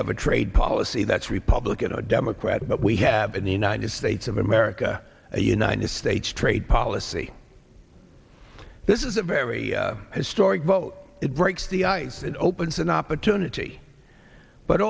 have a trade policy that's republican or democrat but we have in the united states of america a united states trade policy this is a very historic vote it breaks the ice and opens an opportunity but